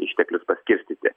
išteklius paskirstyti